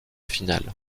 finale